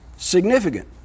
Significant